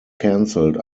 canceled